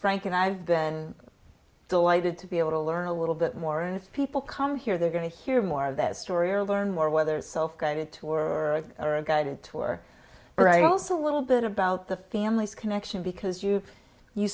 frank and i've been delighted to be able to learn a little bit more and people come here they're going to hear more of that story or learn more whether it's self guided tour or a guided tour or a also a little bit about the family's connection because you you